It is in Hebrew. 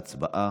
הצבעה.